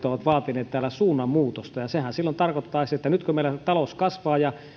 ovat vaatineet täällä suunnanmuutosta ja sehän silloin tarkoittaisi että nyt kun meillä talous kasvaa ja